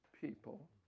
people